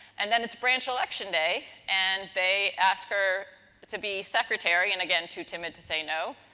and, then it's branch election day and they ask her to be secretary. and, again, too timid to say no,